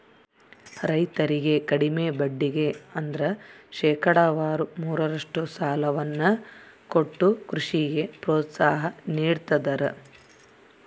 ರೈತರಿಗೆ ಕಡಿಮೆ ಬಡ್ಡಿಗೆ ಅಂದ್ರ ಶೇಕಡಾವಾರು ಮೂರರಷ್ಟು ಸಾಲವನ್ನ ಕೊಟ್ಟು ಕೃಷಿಗೆ ಪ್ರೋತ್ಸಾಹ ನೀಡ್ತದರ